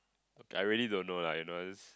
I really don't know lah you know I just